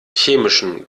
chemischen